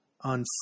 on